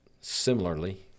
similarly